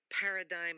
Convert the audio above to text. paradigm